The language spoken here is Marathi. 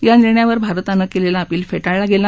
या निर्णयावर भारतानं केलेला अपिल फेटाळला गेला